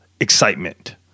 excitement